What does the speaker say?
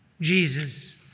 Jesus